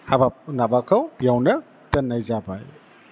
हाबाब माबाखौ बेयावनो दोननाय जाबाय